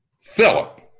Philip